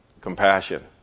compassion